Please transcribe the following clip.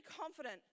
confident